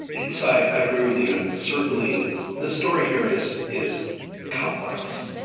so i agree with you. and certainly the story here is is complex.